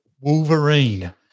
Wolverine